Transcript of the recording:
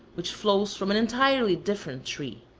which flows from an entirely different tree.